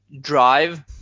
drive